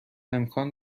امکان